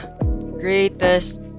greatest